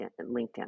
LinkedIn